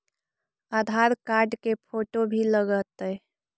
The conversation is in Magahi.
आधार कार्ड के फोटो भी लग तै?